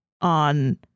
on